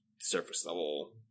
surface-level